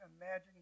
imagine